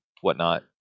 whatnot